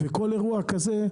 וכל אירוע כזה,